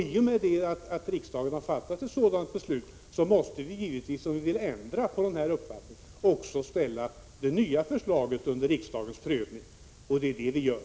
I och med att riksdagen har fattat ett sådant beslut måste vi givetvis, om vi vill ändra på denna inriktning, ställa också det nya förslaget under riksdagens prövning. Det är detta vi gör.